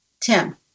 Tim